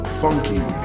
funky